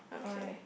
okay